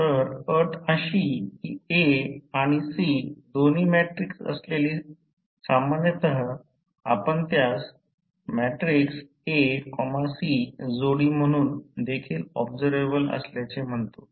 तर अट अशी कि A आणि C दोन्ही मॅट्रिकस असलेली सामान्यत आपण त्यास A C जोडी म्हणून देखील ऑब्झरवेबल असल्याचे म्हणतो